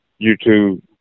YouTube